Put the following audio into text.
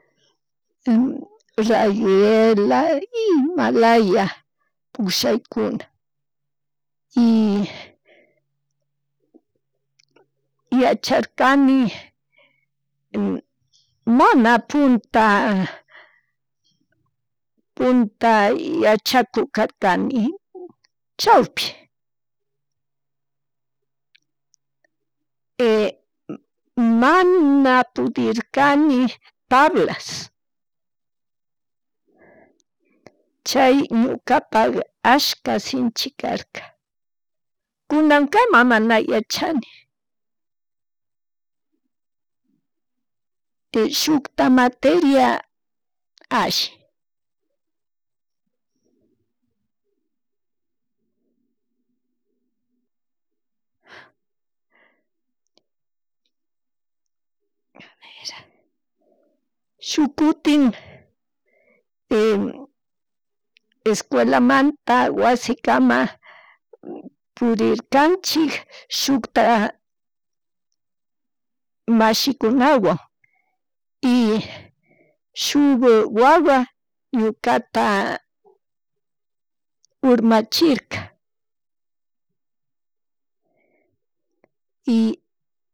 Rayuela ima laya, pullaykuna, y yacharkani, mana putna punta yachakurkani chawpi mana pudirkani tablas, chay ñukapahj ashka shinchi karka kunakama mana yachani shuckta materia alli, shuk kutin esculamanta wasi kama purirkanchik shuta mashikunawan y shuk wawa ñukata urmachirka y